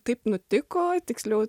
taip nutiko tiksliau